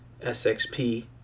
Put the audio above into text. SXP